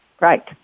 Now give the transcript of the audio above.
right